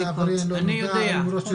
אני יודע.